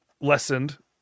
lessened